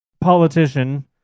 politician